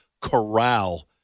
corral